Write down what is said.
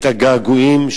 את הגעגועים.